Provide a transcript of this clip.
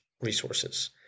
resources